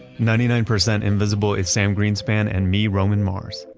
ninety nine percent invisible, it's sam greenspan and me roman mars.